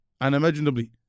Unimaginably